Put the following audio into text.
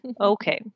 Okay